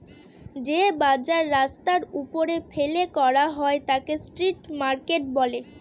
যে বাজার রাস্তার ওপরে ফেলে করা হয় তাকে স্ট্রিট মার্কেট বলে